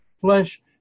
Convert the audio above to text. flesh